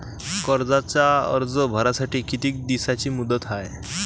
कर्जाचा अर्ज भरासाठी किती दिसाची मुदत हाय?